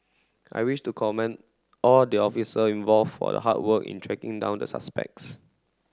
I wish to commend all the officer involved for the hard work in tracking down the suspects